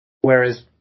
Whereas